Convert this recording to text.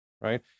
right